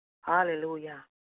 Hallelujah